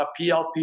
PLP